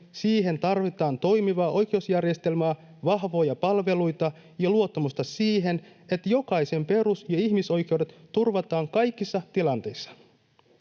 Siihen tarvitaan toimivaa oikeusjärjestelmää, vahvoja palveluita ja luottamusta siihen, että jokaisen perus- ja ihmisoikeudet turvataan kaikissa tilanteissa.